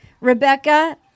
Rebecca